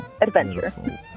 adventure